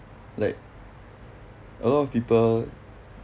like a lot of people